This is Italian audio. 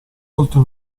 oltre